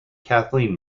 kathleen